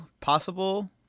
possible